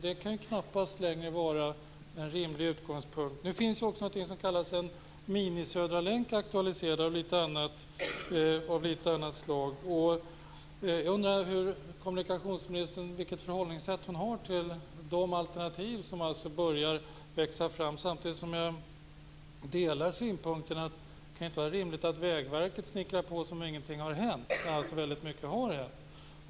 Det kan knappast längre vara en rimlig utgångspunkt. Nu finns också en s.k. mini-Södra länk av litet annat slag aktualiserad. Jag undrar vilket förhållningssätt kommunikationsministern har till de alternativ som börjar växa fram. Samtidigt delar jag synpunkten att det inte kan vara rimligt att Vägverket snickrar på som om ingenting har hänt. Väldigt mycket har hänt.